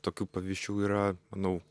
tokių pavyzdžių yra manau